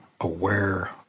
aware